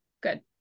good